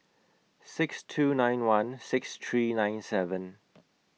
six two nine one six three nine seven